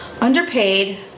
underpaid